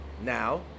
Now